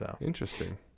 Interesting